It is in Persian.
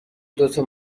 دوتا